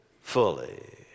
fully